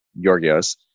Yorgios